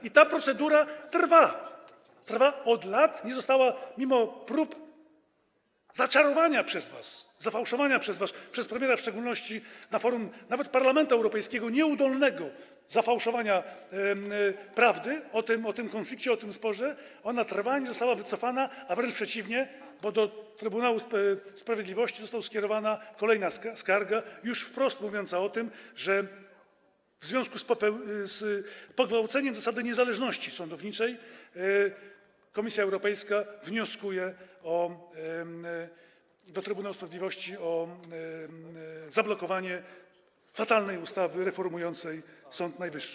I ta procedura trwa, trwa od lat, mimo prób zaczarowania przez was, zafałszowania przez was, przez premiera w szczególności, na forum nawet Parlamentu Europejskiego, nieudolnego zafałszowania prawdy o tym konflikcie, o tym sporze - ona trwa, nie została wycofana, wręcz przeciwnie, bo do Trybunału Sprawiedliwości została skierowana kolejna skarga, już wprost mówiąca o tym, że w związku z pogwałceniem zasady niezależności sądowniczej Komisja Europejska wnioskuje do Trybunału Sprawiedliwości o zablokowanie fatalnej ustawy reformującej Sąd Najwyższy.